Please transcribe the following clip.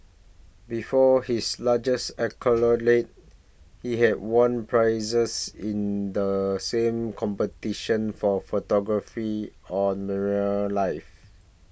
before his largest he had won prizes in the same competition for photography on marine life